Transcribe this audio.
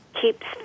keeps